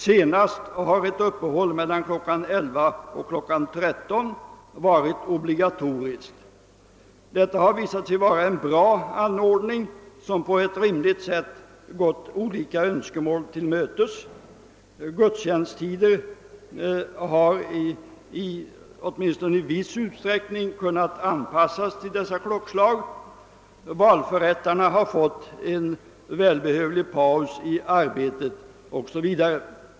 Senast har ett uppehåll mellan kl. 11 och kl. 13 varit obligatoriskt. Detta har visat sig vara en bra ordning som på ett rimligt sätt tillmötesgått olika önskemål. Gudstjänsttiderna har åtminstone i viss utsträckning kunnat anpassas efter dessa klockslag, valförrättarna har fått en välbehövlig paus i arbetet, 0. s. v.